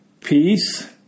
peace